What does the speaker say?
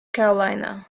carolina